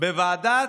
בוועדה